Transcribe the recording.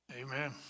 Amen